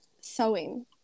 sewing